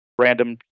random